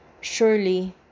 Surely